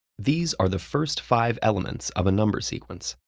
these are the first five elements of a number sequence.